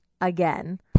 again